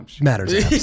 Matters